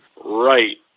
right